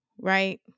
right